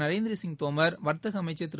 நரேந்திர சிங் தோமர் வர்த்தக அமைச்சர் திரு